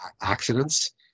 accidents